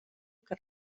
que